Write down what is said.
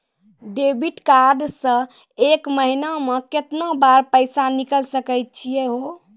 Debit card से एक महीना मा केतना बार पैसा निकल सकै छि हो?